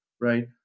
Right